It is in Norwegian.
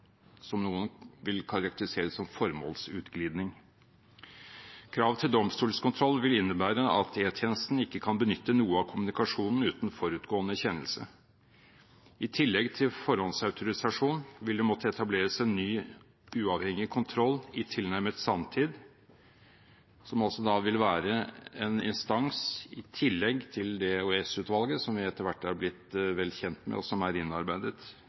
som noen vil karakterisere som formålsutglidning. Krav til domstolskontroll vil innebære at E-tjenesten ikke kan benytte noe av kommunikasjonen uten forutgående kjennelse. I tillegg til forhåndsautorisasjon vil det måtte etableres en ny uavhengig kontroll i tilnærmet samtid, som altså da vil være en instans i tillegg til det EOS-utvalget som vi etter hvert er blitt vel kjent med, og som er innarbeidet